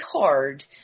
hard